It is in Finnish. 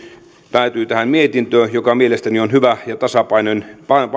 päätyi tähän mietintöön joka mielestäni on hyvä ja tasapainoinen